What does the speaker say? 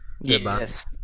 yes